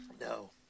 No